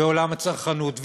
בעולם הצרכנות.